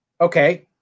okay